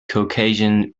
caucasian